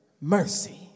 mercy